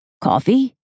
Coffee